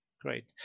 great